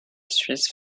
suisse